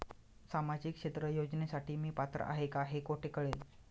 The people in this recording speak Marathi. सामाजिक क्षेत्र योजनेसाठी मी पात्र आहे का हे कुठे कळेल?